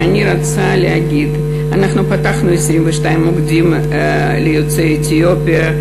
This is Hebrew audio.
ואני רוצה להגיד שפתחנו 22 מוקדים ליוצאי אתיופיה,